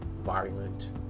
violent